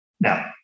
Now